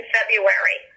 February